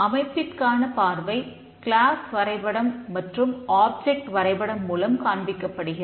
அமைப்பிற்கான பார்வை கிளாஸ் வரைபடம் மூலமும் காண்பிக்கப்படுகிறது